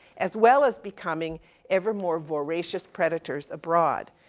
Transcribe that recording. as well as becoming ever more voracious predators abroad.